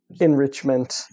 enrichment